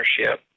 ownership